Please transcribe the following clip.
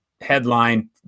headline